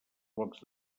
blocs